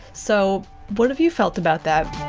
so what have you felt about that?